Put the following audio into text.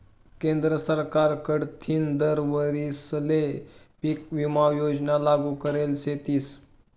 केंद्र सरकार कडथीन दर वरीसले पीक विमा योजना लागू करेल शेतीस